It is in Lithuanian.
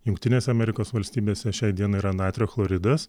jungtinėse amerikos valstybėse šiai dienai yra natrio chloridas